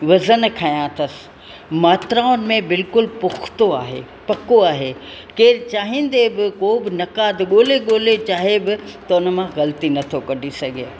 वज़न खंया अथसि मात्राउनि में बिल्कुलु पुख़्तो आहे पको आहे केरु चाहींदे बि को बि नक़ाद ॻोल्हे ॻोल्हे चाहे बि त उन मां ग़लती नथो कढी सघे